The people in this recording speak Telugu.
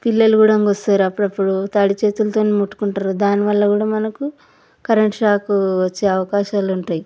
పిల్లలు కూడా వస్తారు అప్పుడప్పుడు తడి చేతులతో ముట్టుకుంటారు దాని వల్ల కూడా మనకు కరెంట్ షాకు వచ్చే అవకాశాలు ఉంటాయి